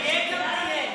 תהיה גם תהיה.